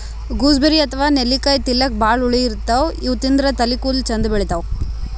gooseberry ಅಥವಾ ನೆಲ್ಲಿಕಾಯಿ ತಿಲ್ಲಕ್ ಭಾಳ್ ಹುಳಿ ಇರ್ತವ್ ಇವ್ ತಿಂದ್ರ್ ತಲಿ ಕೂದಲ ಚಂದ್ ಬೆಳಿತಾವ್